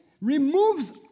removes